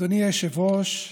אדוני היושב-ראש,